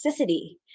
toxicity